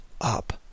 up